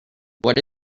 what